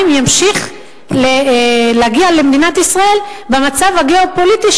ימשיך להגיע למדינת ישראל בכל מצב גיאו-פוליטי?